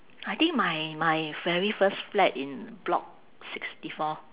I think my my very first flat in block sixty four